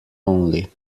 only